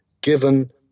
given